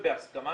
ובהסכמה,